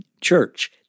church